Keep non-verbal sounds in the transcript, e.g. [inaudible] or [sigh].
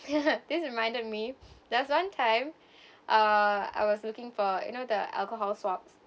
[laughs] this reminded me there's one time uh I was looking for you know the alcohol swabs